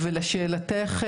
ולשאלתך,